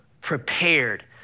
prepared